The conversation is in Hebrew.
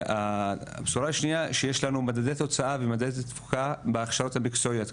הבשורה השנייה שיש לנו מדדי תוצאה ומדדי תפוקה בהכשרות המקצועיות.